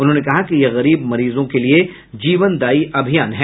उन्होंने कहा कि यह गरीब मरीजों के लिए जीवनदायी अभियान है